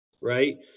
Right